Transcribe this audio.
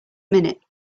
minute